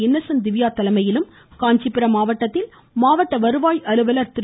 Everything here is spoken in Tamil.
இன்னசென்ட் கிவ்யா தலைமையிலும் காஞ்சிபுரம் மாவட்டத்தில் மாவட்ட வருவாய் அலுவலர் திரு